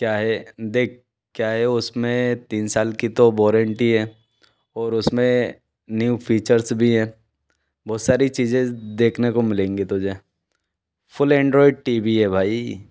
क्या है देख क्या है उस में तीन साल की तो वारेंटी है और उस में न्यू फीचर्स भी हैं बहुत सारी चीज़ें देखने को मिलेंगी तुझे फुल्ल एंडरॉयड टी वी है भाई